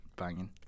Banging